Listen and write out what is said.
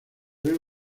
bebe